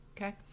okay